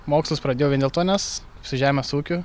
mokslus pradėjau vien dėl to nes su žemės ūkiu